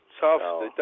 tough